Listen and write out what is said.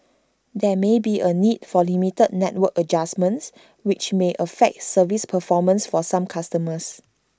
there may be A need for limited network adjustments which may affect service performance for some customers